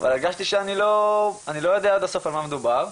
הרגשתי שאני לא יודע עד הסוף על מה מדובר.